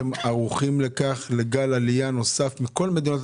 אתם ערוכים לגל עלייה נוסף מכל מיני מדינות?